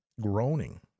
groaning